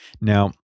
Now